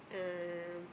ah